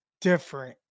different